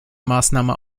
maßnahme